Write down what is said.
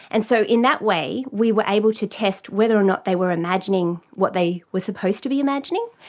and so in that way we were able to test whether or not they were imagining what they were supposed to be imagining.